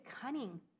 cunning